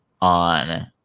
on